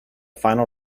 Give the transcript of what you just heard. final